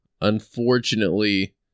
unfortunately